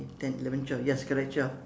ten eleven twelve yes correct twelve